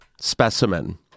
specimen